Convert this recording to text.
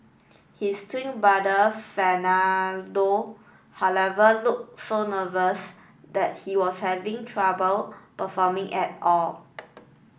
his twin brother Fernando however looked so nervous that he was having trouble performing at all